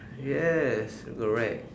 yes you are right